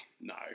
no